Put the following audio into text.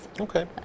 okay